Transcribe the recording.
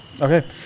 Okay